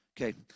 Okay